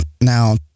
Now